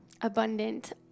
abundant